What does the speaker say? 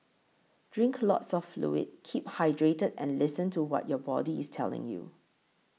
drink lots of fluid keep hydrated and listen to what your body is telling you